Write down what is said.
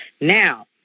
Now